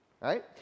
Right